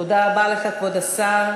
תודה רבה לך, כבוד השר.